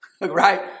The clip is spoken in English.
right